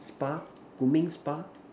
spa grooming spa